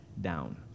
down